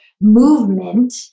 movement